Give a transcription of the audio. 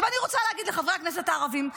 עכשיו אני רוצה להגיד לחברי הכנסת הערבים.